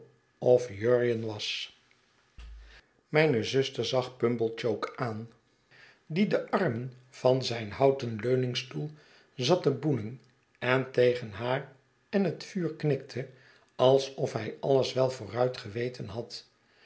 of jurjen was mijne zuster zag pumblechook aan die de armen van zijn houten leuningstoel zat te boenen en tegen haar en het vuur knikte alsof hij alles wel vooruit geweten had